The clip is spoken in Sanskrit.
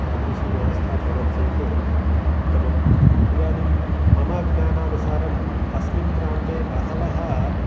तादृशी व्यवस्था भवत् चेत् उत्तमं इदानीं मम ज्ञानानुसारं अस्मिन् प्रान्ते बहवः